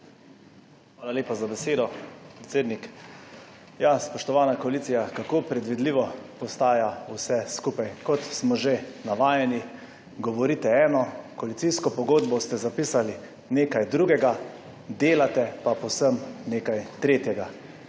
Hvala lepa za besedo, predsednik. Spoštovana koalicija, kako predvidljivo postaja vse skupaj. Kot smo že navajeni, govorite eno, v koalicijsko pogodbo ste zapisali nekaj drugega, delate pa povsem nekaj tretjega.